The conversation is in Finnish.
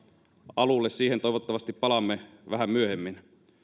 alulle siihen toivottavasti palaamme vähän myöhemmin